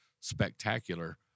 spectacular